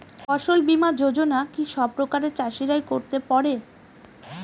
ফসল বীমা যোজনা কি সব প্রকারের চাষীরাই করতে পরে?